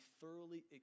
thoroughly